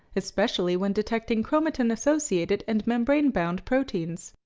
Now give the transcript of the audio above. especially when detecting chromatin-associated and membrane-bound proteins.